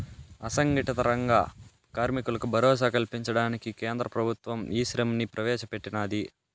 అసంగటిత రంగ కార్మికులకు భరోసా కల్పించడానికి కేంద్ర ప్రభుత్వం ఈశ్రమ్ ని ప్రవేశ పెట్టినాది